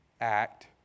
act